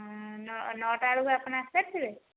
ହଁ ନଅ ନଅଟା ବେଳକୁ ଆପଣ ଆସି ସାରିଥିବେ